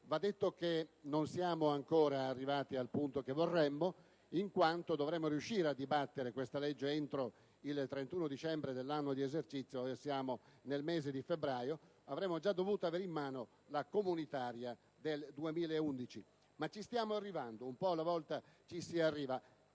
Va detto che non siamo ancora arrivati al punto che vorremmo, in quanto dovremmo riuscire a dibattere questa legge entro il 31 dicembre dell'anno di esercizio: siamo nel mese di febbraio, per cui avremmo dovuto già avere in mano la comunitaria del 2011. Ci stiamo però arrivando, un po' alla volta. Questa